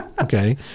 Okay